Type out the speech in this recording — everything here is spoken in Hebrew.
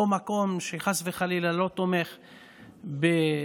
לא ממקום שחס וחלילה תומך באלימות,